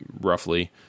roughly